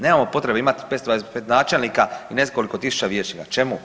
Nemamo potrebe imat 525 načelnika i nekoliko tisuća vijećnika, čemu?